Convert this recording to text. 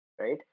right